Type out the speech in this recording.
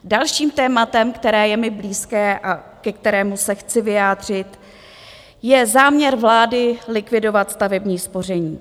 Dalším tématem, které je mi blízké a ke kterému se chci vyjádřit, je záměr vlády likvidovat stavební spoření.